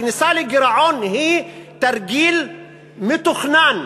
הכניסה לגירעון היא תרגיל מתוכנן,